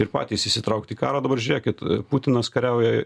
ir patys įsitraukti į karą dabar žiūrėkit putinas kariauja